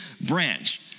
branch